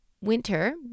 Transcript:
winter